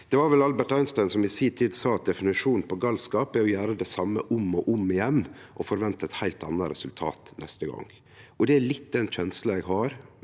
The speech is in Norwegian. Det var vel Albert Einstein som i si tid sa at definisjonen på galskap er å gjere det same om og om igjen og forvente eit heilt anna resultat neste gong. Det er litt den kjensla eg har